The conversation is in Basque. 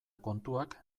kontuak